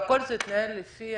והכל התנהל לפי